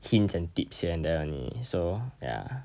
hints and tips here and there only so ya